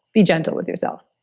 be gentle with yourself